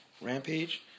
Rampage